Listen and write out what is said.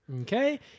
Okay